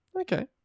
Okay